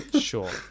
Sure